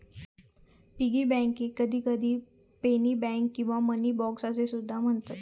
piggy बँकेक कधीकधी penny bank किंवा मनी बॉक्स असो सुद्धा म्हणतत